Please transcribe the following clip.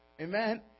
amen